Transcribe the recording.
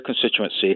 constituency